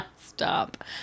Stop